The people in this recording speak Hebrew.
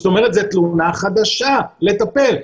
זאת אומרת זו תלונה חדשה, לטפל.